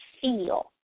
feel